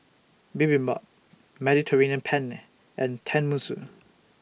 Bibimbap Mediterranean Penne and Tenmusu